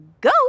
Go